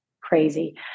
crazy